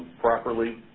properly.